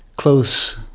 close